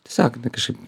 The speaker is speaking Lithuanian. tiesiog jinai kažkaip